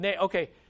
Okay